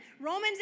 Romans